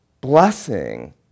blessing